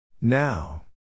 Now